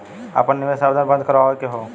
आपन निवेश आवेदन बन्द करावे के हौ?